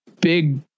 big